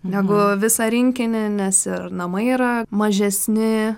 negu visą rinkinį nes ir namai yra mažesni